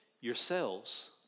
yourselves